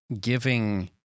giving